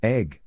Egg